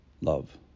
Love